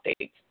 updates